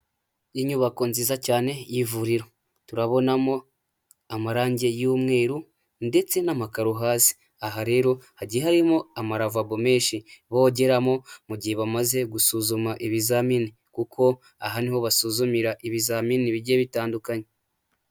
Inyubako nziza cyane y'ivuriro, turabonamo amarangi y'umweru ndetse n'amakaro hasi, aha rero hagiye harimo amaravabo menshi bogeramo mu gihe bamaze gusuzuma ibizamini, kuko aha niho basuzumira ibizamini bijye bitandukanye.